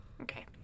Okay